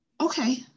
Okay